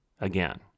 Again